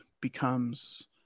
becomes